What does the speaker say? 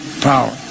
power